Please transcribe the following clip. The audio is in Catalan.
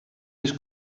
les